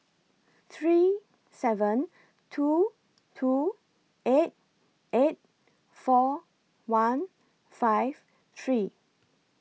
three seven two two eight eight four one five three